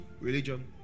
Religion